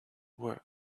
work